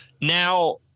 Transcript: Now